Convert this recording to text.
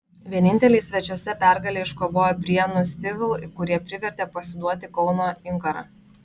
vieninteliai svečiuose pergalę iškovojo prienų stihl kurie privertė pasiduoti kauno inkarą